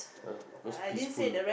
err most peaceful